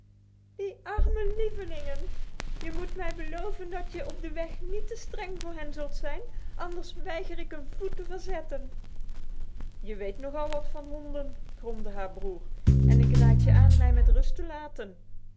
die arme lievelingen je moet mij beloven dat je op de weg niet te streng voor hen zult zijn anders weiger ik een voet te verzetten je weet nogal wat van honden gromde haar broer en ik raad je aan mij met rust te laten